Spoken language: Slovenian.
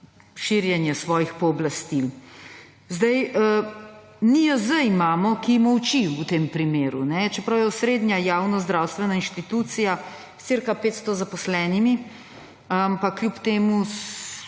širjenje svojih pooblastil. NIJZ imamo, ki molči v tem primeru, čeprav je osrednja javnost zdravstvena institucija s cirka 500 zaposlenimi, ampak kljub temu